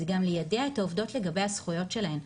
זה גם ליידע את העובדות לגבי הזכויות שלהן.